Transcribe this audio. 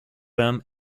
them